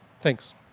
Thanks